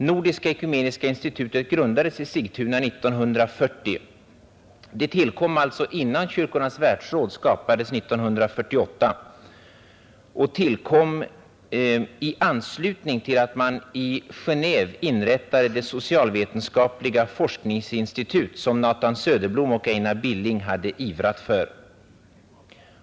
Nordiska ekumeniska institutet grundades i Sigtuna 1940. Det tillkom alltså innan Kyrkornas världsråd skapades 1948. Det grundades bl.a. mot bakgrund av att man i Genéve inrättade det socialvetenskapliga forskningsintitut som Nathan Söderblom och Einar Billing hade ivrat för.